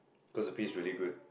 cause the pay is really good